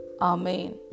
Amen